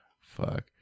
Fuck